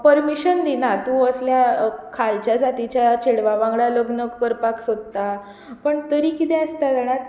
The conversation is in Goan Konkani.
परमिशन दिनात तूं असले खालच्या जातीच्या चेडवा वांगडा लग्न करपाक सोदता पण तरीपण कितें आसता जाणा